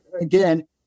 again